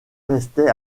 restait